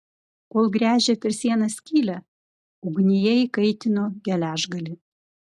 kol gręžė per sieną skylę ugnyje įkaitino geležgalį